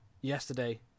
Yesterday